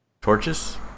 torches